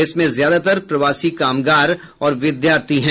इसमें ज्यादातार प्रवासी कामगार और विद्यार्थी हैं